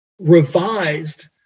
revised